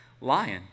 lion